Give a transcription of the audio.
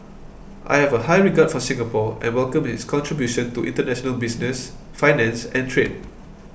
I have a high regard for Singapore and welcome its contribution to international business finance and trade